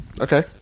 okay